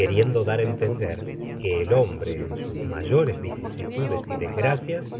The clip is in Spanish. queriendo dar á entender que el hombre en sus mayores vicisitudes y desgracias